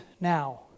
now